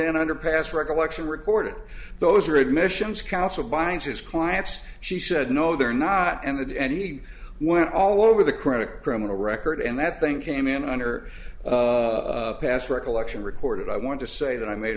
an underpass recollection record those are admissions counsel binds his clients she said no they're not and he went all over the credit criminal record and that thing came in on her past recollection recorded i want to say that i made